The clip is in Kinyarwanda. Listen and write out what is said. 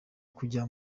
kujya